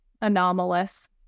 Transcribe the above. anomalous